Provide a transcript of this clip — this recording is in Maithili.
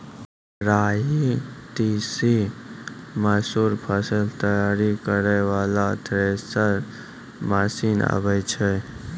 राई तीसी मसूर फसल तैयारी करै वाला थेसर मसीन आबै छै?